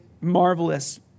marvelous